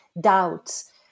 doubts